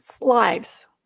lives